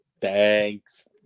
Thanks